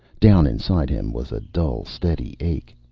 down inside him was a dull steady ache.